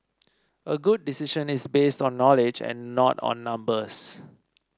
a good decision is based on knowledge and not on numbers